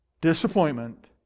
disappointment